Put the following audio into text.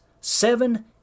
seven